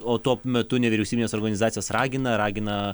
o tuop metu nevyriausybinės organizacijos ragina ragina